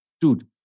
Dude